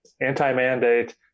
anti-mandate